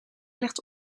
ligt